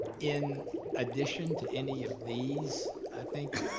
in addition to any of these i think.